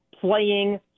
playing